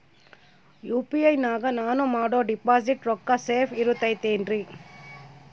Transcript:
UPI ನಾಗ ನಾನು ಮಾಡೋ ಡಿಪಾಸಿಟ್ ರೊಕ್ಕ ಸೇಫ್ ಇರುತೈತೇನ್ರಿ?